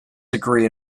degree